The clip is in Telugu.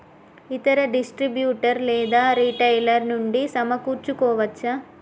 ఇతర డిస్ట్రిబ్యూటర్ లేదా రిటైలర్ నుండి సమకూర్చుకోవచ్చా?